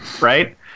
Right